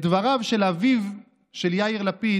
אני רוצה להביא בפניכם את דבריו של אביו של יאיר לפיד,